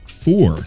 four